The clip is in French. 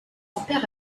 père